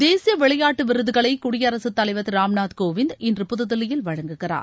தேசிய விளையாட்டு விருதுகளை குடியரசுத் தலைவர் திரு ராம்நாத் கோவிந்த் இன்று புதுதில்லியில் வழங்குகிறார்